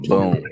Boom